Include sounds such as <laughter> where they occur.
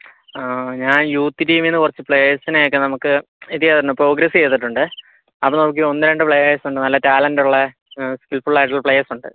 ഞാൻ യൂത്ത് ടീമീന്നു കുറച്ചു പ്ലെയേഴ്സിനെയൊക്കെ നമുക്ക് ഇത് ചെയ്തായിരുന്നു പ്രോഗ്രസ്സ് ചെയ്തിട്ടുണ്ട് അപ്പോൾ നമുക്കീ ഒന്നുരണ്ട് പ്ലേയേഴ്സ് ഉണ്ട് നല്ല ടാലൻറ് ഉള്ള <unintelligible> ആയിട്ടുള്ള പ്ലേയേഴ്സുണ്ട്